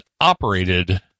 operated